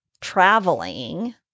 traveling